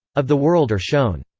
of the world are shown.